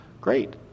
Great